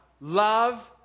love